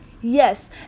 Yes